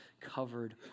covered